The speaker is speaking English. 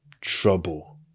trouble